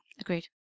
agreed